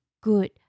good